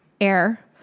air